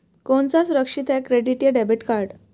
कौन सा सुरक्षित है क्रेडिट या डेबिट कार्ड?